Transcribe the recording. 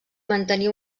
mantenir